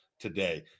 Today